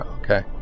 Okay